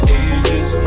ages